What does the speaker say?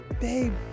babe